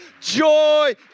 joy